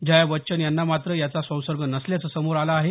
जया बच्चन यांना मात्र याचा संसर्ग नसल्याचं समोर आलं आहे